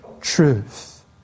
truth